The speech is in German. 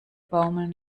baumeln